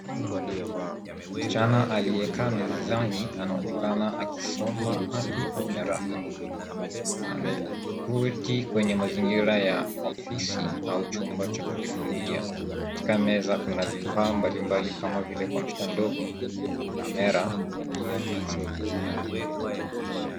Msichana aliyekaa mezani anaonekana akisoma hati au nyaraka. Ameketi kwenye mazingira ya ofisi au chumba cha kujifunzia. Katika meza kuna vifaa mbalimbali kama vile kompyuta ndogo, kamera na pia penseli.